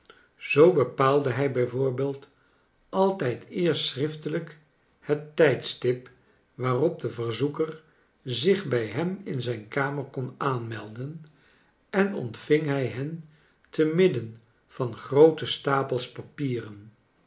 zoo bepaalde hij b v altijd eerst schriftelijk het tijdstip waarop de verzoeker zich bij hem in zijn kamer kon aanmelden en ontving hij hen te midden van groote stapels papieren